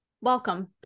Welcome